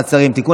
מעצרים) (תיקון,